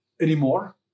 anymore